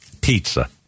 Pizza